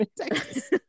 Texas